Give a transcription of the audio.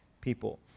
people